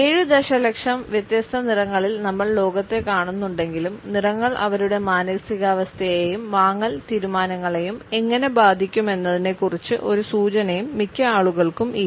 7 ദശലക്ഷം വ്യത്യസ്ത നിറങ്ങളിൽ നമ്മൾ ലോകത്തെ കാണുന്നുണ്ടെങ്കിലും നിറങ്ങൾ അവരുടെ മാനസികാവസ്ഥയെയും വാങ്ങൽ തീരുമാനങ്ങളെയും എങ്ങനെ ബാധിക്കുമെന്നതിനെക്കുറിച്ച് ഒരു സൂചനയും മിക്ക ആളുകൾക്കും ഇല്ല